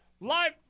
live